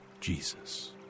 Jesus